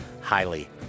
Highly